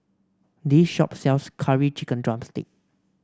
this shop sells Curry Chicken drumstick